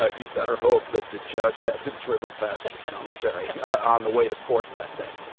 ah you better hope that the judge hasn't driven. past the cemetery on the way to court that day